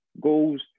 Goals